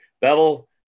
Bevel